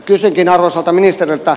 kysynkin arvoisalta ministeriltä